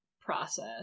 process